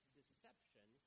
deception